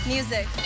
Music